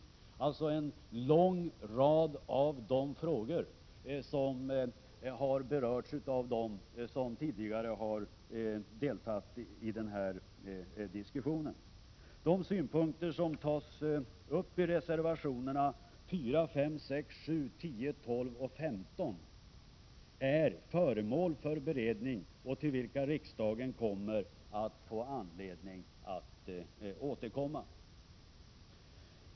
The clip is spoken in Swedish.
Det är alltså en lång rad av de frågor som har berörts av dem som tidigare deltagit i denna diskussion. De synpunkter som tas upp i reservationerna 4, 5, 6, 7, 10, 12 och 15 är föremål för beredning, och riksdagen kommer att få anledning att återkomma till dem.